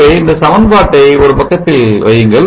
ஆகவே இந்த சமன்பாட்டை ஒரு பக்கத்தில் வையுங்கள்